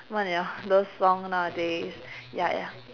those song nowadays ya ya